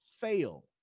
fail